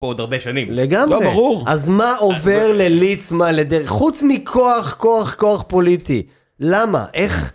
עוד הרבה שנים לגמרי לא ברור אז מה עובר לליצמו מה לדרך חוץ מכוח כוח כוח פוליטי למה איך